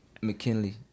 McKinley